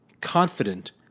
confident